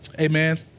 Amen